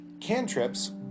cantrips